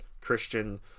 Christian